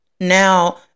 Now